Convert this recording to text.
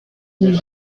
une